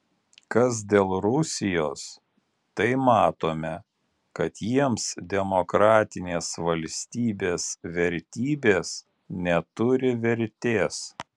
kas dėl rusijos tai matome kad jiems demokratinės valstybės vertybės neturi vertės